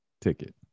ticket